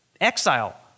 Exile